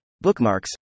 bookmarks